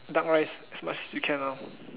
duck rice as much you can now